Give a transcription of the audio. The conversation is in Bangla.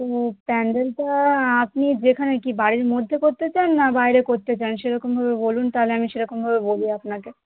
তো প্যান্ডেলটা আপনি যেখানে কি বাড়ির মধ্যে করতে চান না বাইরে করতে চান সেরকমভাবে বলুন তাহলে আমি সেরকমভাবে বলি আপনাকে